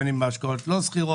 בין אם בהשקעות לא סחירות,